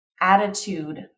attitude